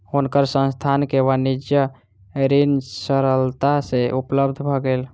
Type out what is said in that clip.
हुनकर संस्थान के वाणिज्य ऋण सरलता सँ उपलब्ध भ गेल